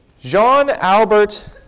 Jean-Albert